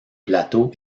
plateau